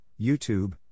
YouTube